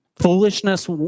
Foolishness